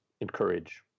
encourage